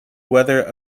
whether